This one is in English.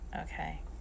okay